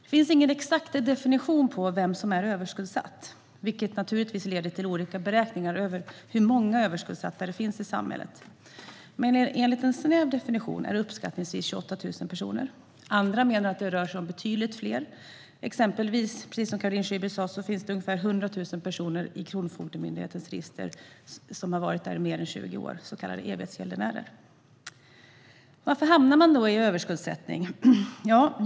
Det finns ingen exakt definition av vem som är överskuldsatt, vilket naturligtvis leder till olika beräkningar av hur många överskuldsatta det finns i samhället. Enligt en snäv definition är det uppskattningsvis 28 000 personer. Andra menar att det rör sig om betydligt fler. Exempelvis finns det, precis som Caroline Szyber sa, ungefär 100 000 personer som har funnits i Kronofogdemyndighetens register i mer än 20 år, så kallade evighetsgäldenärer. Varför hamnar man då i överskuldsättning?